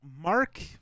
mark